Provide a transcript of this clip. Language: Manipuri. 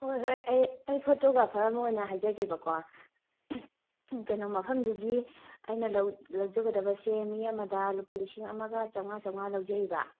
ꯍꯣꯏ ꯍꯣꯏ ꯑꯩ ꯑꯩ ꯐꯣꯇꯣꯒ꯭ꯔꯥꯐꯔ ꯑꯃ ꯑꯣꯏꯅ ꯍꯥꯏꯖꯒꯦꯕꯀꯣ ꯀꯩꯅꯣ ꯃꯐꯝꯗꯨꯒꯤ ꯑꯩꯅ ꯂꯧꯖꯒꯗꯕꯁꯦ ꯃꯤ ꯑꯃꯗ ꯂꯨꯄꯥ ꯂꯤꯁꯤꯡ ꯑꯃꯒ ꯆꯥꯝꯉꯥ ꯆꯥꯝꯉꯥ ꯂꯧꯖꯩꯌꯦꯕ